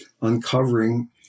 uncovering